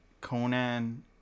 Conan